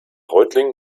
reutlingen